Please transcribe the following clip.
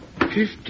Fifty